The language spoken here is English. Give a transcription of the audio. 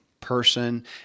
person